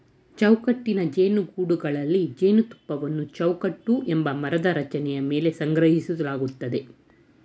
ಚೌಕಟ್ಟಿನ ಜೇನುಗೂಡುಗಳಲ್ಲಿ ಜೇನುತುಪ್ಪವನ್ನು ಚೌಕಟ್ಟು ಎಂಬ ಮರದ ರಚನೆ ಮೇಲೆ ಸಂಗ್ರಹಿಸಲಾಗ್ತದೆ